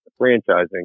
franchising